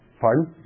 Pardon